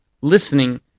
listening